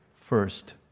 first